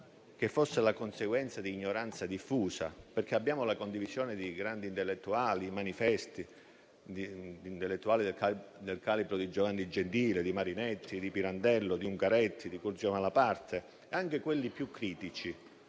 che fosse la conseguenza di ignoranza diffusa, perché abbiamo la condivisione di grandi intellettuali, i manifesti. Penso a intellettuali del calibro di Giovanni Gentile, di Marinetti, di Pirandello, di Ungaretti e di Curzio Malaparte e anche a quelli più critici,